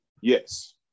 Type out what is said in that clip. Yes